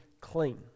clean